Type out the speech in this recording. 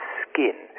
skin